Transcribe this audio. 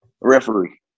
referee